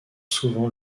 souvent